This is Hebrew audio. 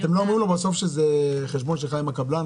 אתם לא אומרים לו שבסוף זה חשבון שלך עם הקבלן,